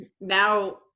Now